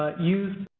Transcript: ah use